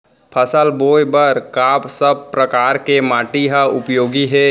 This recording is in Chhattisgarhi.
फसल बोए बर का सब परकार के माटी हा उपयोगी हे?